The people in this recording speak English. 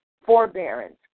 Forbearance